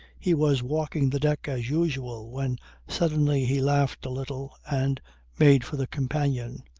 he was walking the deck as usual when suddenly he laughed a little and made for the companion.